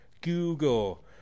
Google